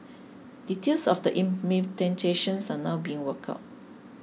details of the are now being worked out